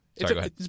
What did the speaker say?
Sorry